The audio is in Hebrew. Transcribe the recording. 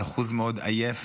אבל אחוז מאוד עייף,